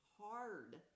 hard